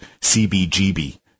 CBGB